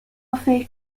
فکر